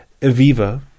Aviva